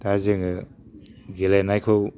दा जोङो गेलेनायखौ